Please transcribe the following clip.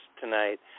tonight